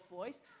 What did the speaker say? voice